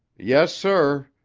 yes, sir,